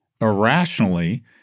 irrationally